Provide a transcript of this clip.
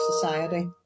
society